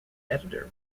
editor